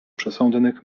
przesądnych